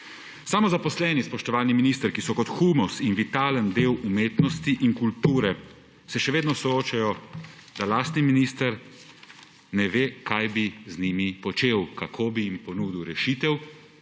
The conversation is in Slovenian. Samozaposleni, spoštovani minister, ki so kot humus in vitalen del umetnosti in kulture, se še vedno soočajo s tem, da lastni minister ne ve, kaj bi z njimi počel, kako bi jim ponudil rešitev,